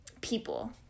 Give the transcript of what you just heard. people